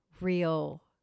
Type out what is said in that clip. real